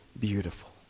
beautiful